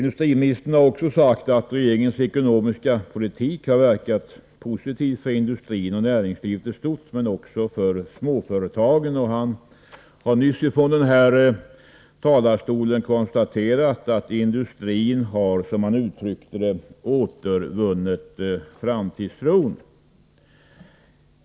Industriministern har också sagt att regeringens ekonomiska politik har verkat positivt för industrin och näringslivet i stort, men också för småföretagen. Han har vidare nyss från denna talarstol konstaterat att industrin, som han uttryckte det, har återvunnit framtidstron.